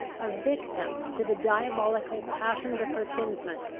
a victim to the diabolical passions of her kinsman,